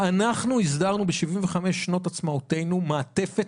ואנחנו הסדרנו ב-75 שנות עצמאותנו מעטפת